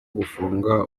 gufunga